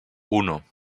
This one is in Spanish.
uno